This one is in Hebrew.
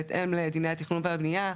בהתאם לדיני התכנון והבנייה.